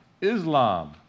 Islam